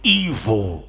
evil